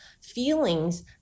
feelings